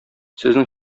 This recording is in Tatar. сезнең